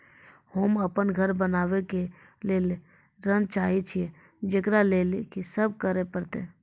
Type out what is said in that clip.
होम अपन घर बनाबै के लेल ऋण चाहे छिये, जेकरा लेल कि सब करें परतै?